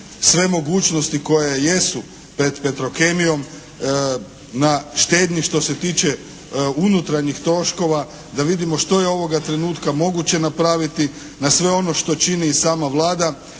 sve mogućnosti koje jesu pred Petrokemijom na štednji što se tiče unutarnjih troškova da vidimo što je ovoga trenutka moguće napraviti na sve ono što čini i sama Vlada